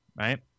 right